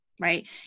right